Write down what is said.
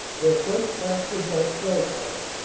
their front plastered by shell fire.